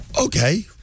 Okay